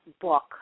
book